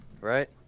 right